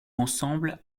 ensemble